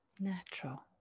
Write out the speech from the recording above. natural